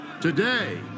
Today